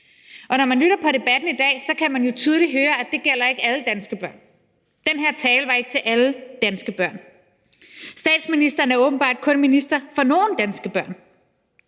Og når man lytter til debatten i dag, kan man jo tydeligt høre, at det ikke gælder alle danske børn. Den her tale var ikke til alle danske børn. Statsministeren er åbenbart kun minister for nogle danske børn.